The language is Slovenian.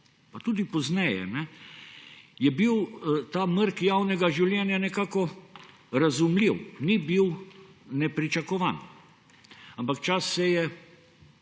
pa tudi pozneje, je bil ta mrk javnega življenja nekako razumljiv, ni bil nepričakovan. Ampak čas se je